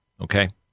okay